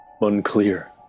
unclear